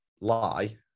lie